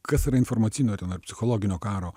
kas yra informacinio ten ar psichologinio karo